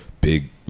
big